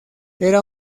era